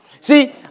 See